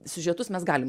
siužetus mes galim